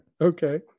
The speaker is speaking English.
Okay